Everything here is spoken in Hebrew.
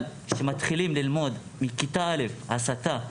מתחילים ללמוד הסתה מכיתה א',